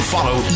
Follow